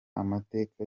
amateka